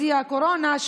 בשיא הקורונה,